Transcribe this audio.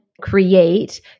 create